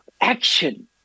action